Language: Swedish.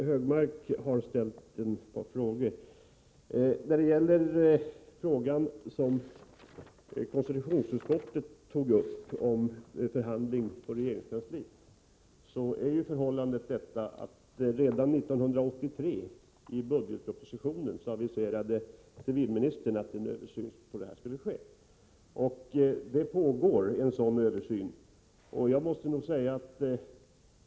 Herr talman! Anders Högmark har ställt ett par frågor. När det gäller den fråga som konstitutionsutskottet tog upp — om förhandling i regeringskansliet — förhåller det sig så att civilministern redan i budgetpropositionen 1983 aviserade att en översyn skulle ske. En sådan översyn pågår.